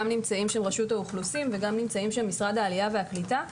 נמצאת שם רשות האוכלוסין ונמצאת גם משרד העלייה והקליטה,